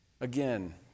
Again